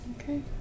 Okay